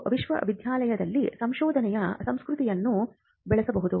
ಇದು ವಿಶ್ವವಿದ್ಯಾನಿಲಯದಲ್ಲಿ ಸಂಶೋಧನೆಯ ಸಂಸ್ಕೃತಿಯನ್ನು ಬೆಳೆಸಬಹುದು